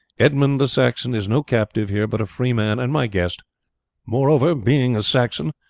edmund the saxon is no captive here, but a free man, and my guest moreover, being a saxon,